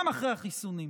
גם אחרי החיסונים,